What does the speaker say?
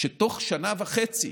שתוך שנה וחצי